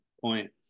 point